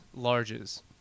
larges